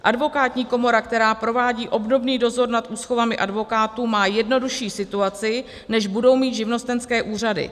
Advokátní komora, která provádí obdobný dozor nad úschovami advokátů, má jednodušší situaci, než budou mít živnostenské úřady.